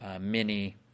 Mini